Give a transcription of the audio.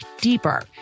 deeper